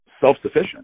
self-sufficient